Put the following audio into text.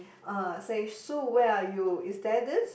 uh say Sue where are you is there this